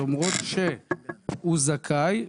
למרות שהוא זכאי,